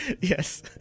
Yes